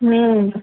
হুম